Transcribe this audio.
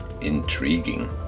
Intriguing